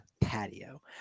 patio